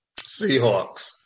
Seahawks